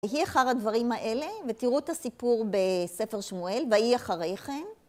ויהי אחר הדברים האלה, ותראו את הסיפור בספר שמואל, ויהי אחרי כן.